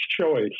choice